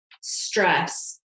stress